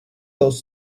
those